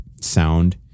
sound